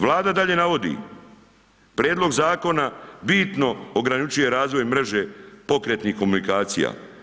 Vlada dalje navodi, prijedlog zakona bitno ograničava razvoj mreže pokretnih komunikacija.